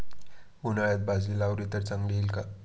उन्हाळ्यात बाजरी लावली तर चांगली येईल का?